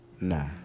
Nah